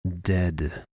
Dead